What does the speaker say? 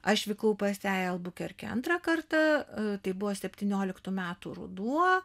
aš vykau pas ją į elbukelkentrą antrą kartą tai buvo septynioliktų metų ruduo